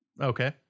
Okay